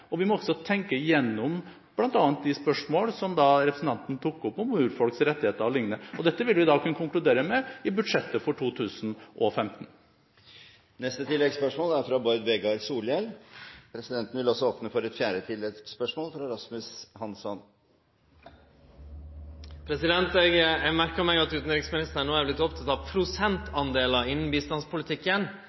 og vi må også tenke gjennom bl.a. de spørsmålene som representanten tok opp om urfolks rettigheter o.l. Dette vil vi kunne konkludere med i budsjettet for 2015. Bård Vegar Solhjell – til oppfølgingsspørsmål. Eg merkar meg at utanriksministeren no er